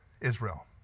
Israel